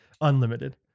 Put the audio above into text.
unlimited